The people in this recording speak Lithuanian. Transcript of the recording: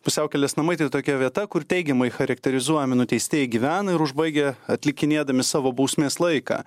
pusiaukelės namai tai tokia vieta kur teigiamai charakterizuojami nuteistieji gyvena ir užbaigia atlikinėdami savo bausmės laiką